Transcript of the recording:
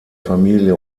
familie